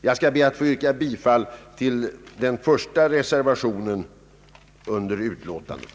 Jag ber att få yrka bifall till reservationen 1 vid utlåtandet.